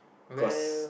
cause